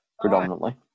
predominantly